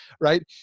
right